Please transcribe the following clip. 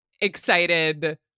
excited